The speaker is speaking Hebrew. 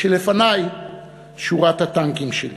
כשלפני שורת הטנקים שלי.